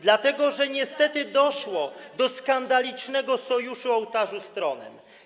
Dlatego, że niestety doszło do skandalicznego sojuszu ołtarza z tronem.